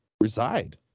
reside